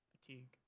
fatigue